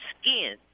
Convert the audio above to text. skin